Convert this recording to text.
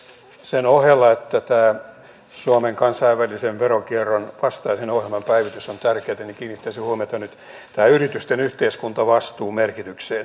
sen ohella että suomen kansainvälisen veronkierron vastaisen ohjelman päivitys on tärkeätä kiinnittäisin huomiota nyt tähän yritysten yhteiskuntavastuun merkitykseen